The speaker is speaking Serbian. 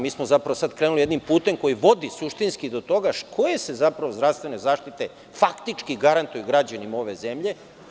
Mi smo sada krenuli jednim putem koji vodi suštinski do toga koje se zapravo zdravstvene zaštite faktički garantuju građanima ove zemlje?